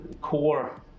core